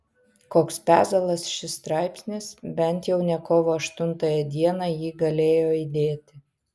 koks pezalas šis straipsnis bent jau ne kovo aštuntąją dieną jį galėjo įdėti